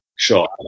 sure